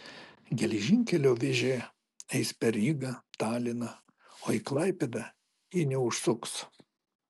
geležinkelio vėžė eis per ryga taliną o į klaipėdą ji neužsuks